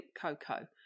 cocoa